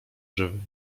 żywym